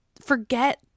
forget